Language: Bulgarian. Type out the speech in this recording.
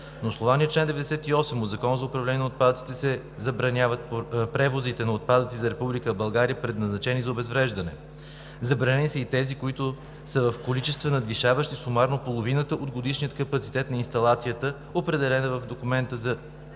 На основание чл. 98 от Закона за управление на отпадъците се забраняват превозите на отпадъци за Република България, предназначени за обезвреждане. Забранени са и тези, които са в количества, надвишаващи сумарно половината от годишния капацитет на инсталацията, определена в документа за